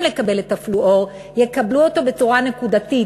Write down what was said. לקבל את הפלואור יקבלו אותו בצורה נקודתית.